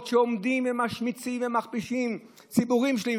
שעומדים ומשמיצים ומכפישים ציבורים שלמים,